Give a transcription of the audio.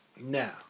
Now